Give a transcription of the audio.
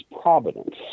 providence